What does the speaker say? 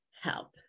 Help